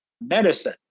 medicine